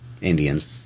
Indians